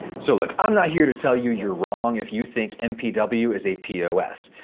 so look, i'm not here to tell you you're wrong if you think mpw is a pos.